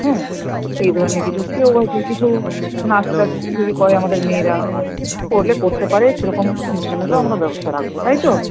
হুম এই ধরনের কিছু কেউ হয়তো কিছু নাচ টাচ যদি করে আমাদের মেয়েরা করলে করতে পারে সেরকম অনুষ্ঠানেরও আমরা ব্যবস্থা রাখবো তাই তো